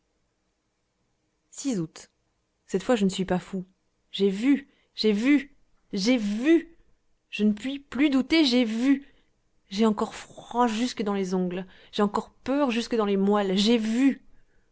août cette fois je ne suis pas fou j'ai vu j'ai vu j'ai vu je ne puis plus douter j'ai vu j'ai encore froid jusque dans les ongles j'ai encore peur jusque dans les moelles j'ai vu